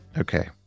Okay